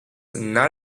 not